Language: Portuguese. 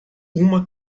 uma